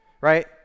right